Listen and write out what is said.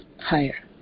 higher